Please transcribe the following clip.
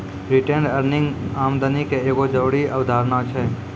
retained earning आमदनी के एगो जरूरी अवधारणा छै